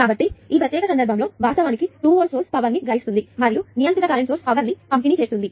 కాబట్టి ఈ ప్రత్యేక సందర్భంలో వాస్తవానికి 2 వోల్ట్ సోర్స్ పవర్ ని గ్రహిస్తుంది మరియు ఈ నియంత్రిత కరెంటు సోర్స్ పవర్ ని పంపిణీ చేస్తుంది